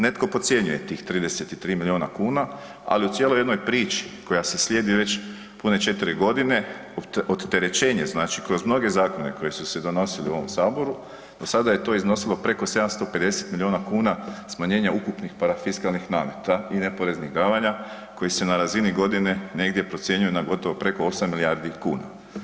Netko podcjenjuje tih 33 milijuna kuna ali u cijeloj jednoj priči koja se slijedi već pune 4 g., odterećenje znači kroz mnoge zakone koji su se donosili u ovom Saboru, do sada je to iznosilo preko 750 milijuna kuna smanjenja ukupnih parafiskalnih nameta i neporeznih davanja koji se na razini godine negdje procjenjuju na gotovo preko 8 milijardi kuna.